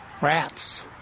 rats